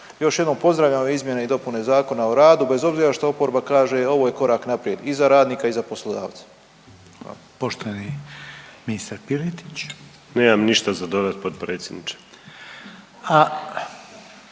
Još jednom pozdravljam ove izmjene i dopune Zakona o radu bez obzira što oporba kaže, ovo je korak naprijed i za radnika i za poslodavca. **Reiner, Željko (HDZ)** Poštovani ministar Piletić.